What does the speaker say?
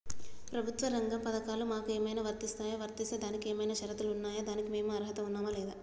ప్రభుత్వ రంగ పథకాలు మాకు ఏమైనా వర్తిస్తాయా? వర్తిస్తే దానికి ఏమైనా షరతులు ఉన్నాయా? దానికి మేము అర్హత ఉన్నామా లేదా?